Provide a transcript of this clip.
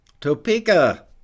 Topeka